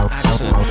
accent